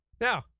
Now